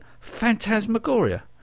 Phantasmagoria